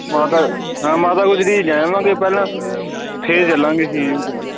ਮਾਤਾ ਮਾਤਾ ਗੁਜਰੀ ਜਾਏ ਆਵਾਂਗੇ ਪਹਿਲਾਂ ਫ਼ਿਰ ਚਲਾਂਗੇ ਸੀ ਯੂ 'ਚ